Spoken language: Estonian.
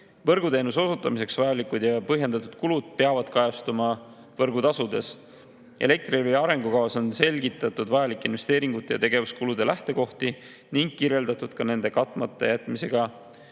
Võrguteenuse osutamiseks vajalikud ja põhjendatud kulud peavad kajastuma võrgutasudes. Elektrilevi arengukavas on selgitatud vajalike investeeringute ja tegevuskulude lähtekohti ning kirjeldatud ka nende katmata jätmisega